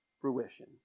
fruition